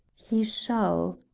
he shall,